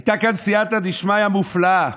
הייתה כאן סייעתא דשמיא מופלאה,